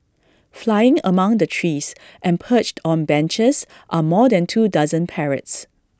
flying among the trees and perched on benches are more than two dozen parrots